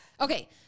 Okay